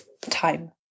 time